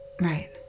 Right